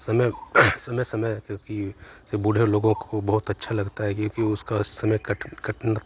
समय समय समय पर जैसे बूढ़े लोगों को बहुत अच्छा लगता है कि उनका समय कट कटता